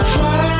Fly